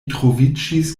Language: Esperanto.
troviĝis